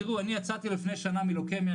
תראו אני יצאתי לפני שנה מלוקמיה,